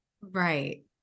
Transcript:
Right